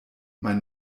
mein